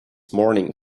morning